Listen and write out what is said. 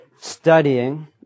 studying